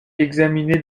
examiné